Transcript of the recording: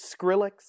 Skrillex